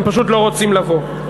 הם פשוט לא רוצים לבוא.